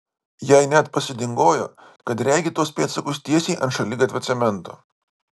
jai net pasidingojo kad regi tuos pėdsakus tiesiai ant šaligatvio cemento